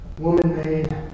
woman-made